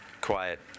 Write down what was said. quiet